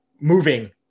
moving